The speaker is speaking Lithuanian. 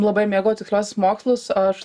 labai mėgau tiksliuosius mokslus aš